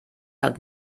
hat